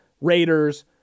Raiders